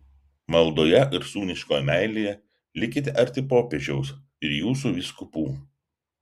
maldoje ir sūniškoje meilėje likite arti popiežiaus ir jūsų vyskupų